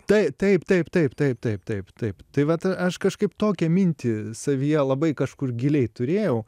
tai taip taip taip taip taip taip taip tai vat aš kažkaip tokią mintį savyje labai kažkur giliai turėjau